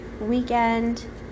weekend